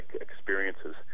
experiences